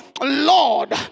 Lord